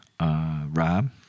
Rob